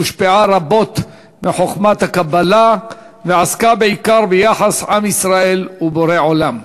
הושפעה רבות מחוכמת הקבלה ועסקה בעיקר ביחסי עם ישראל ובורא עולם.